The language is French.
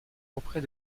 auprès